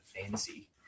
fancy